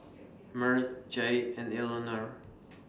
Merle Jaye and Elinore